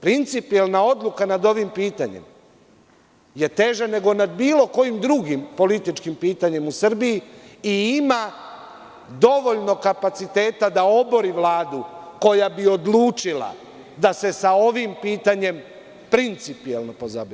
Principijelna odluka nad ovim pitanjem je teže nego nad bilo kojim drugim političkim pitanjima u Srbiji i ima dovoljno kapaciteta da obori Vladu koja bi odlučila da se sa ovim pitanjem principijelno pozabavi.